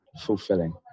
fulfilling